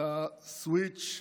סוויץ'